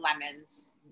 lemons